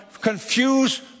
confuse